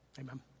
Amen